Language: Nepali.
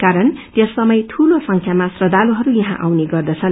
कारण यस समय ठूलो संख्यामा श्रदालहरू यहौँ आउने गर्दछन्